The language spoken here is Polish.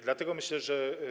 Dlatego myślę, że.